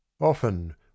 often